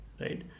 Right